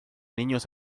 niños